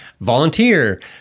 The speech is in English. Volunteer